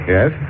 Yes